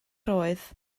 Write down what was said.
roedd